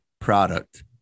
product